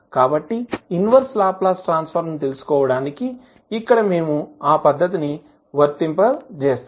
కాబట్టి inverse Laplace transform ను తెలుసుకోవడానికి ఇక్కడ మేము ఆ పద్ధతిని వర్తింపజేస్తాము